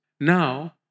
Now